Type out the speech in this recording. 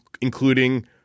including